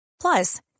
Plus